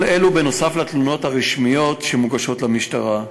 כל אלו נוסף על התלונות הרשמיות שמוגשות למשטרה.